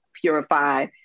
purify